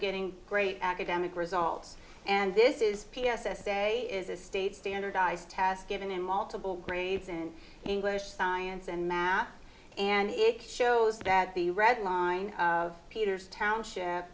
getting great academic results and this is p s s a is a state standardized test given in multiple grades in english science and math and it shows that the red line of peter's township